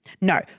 No